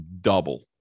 double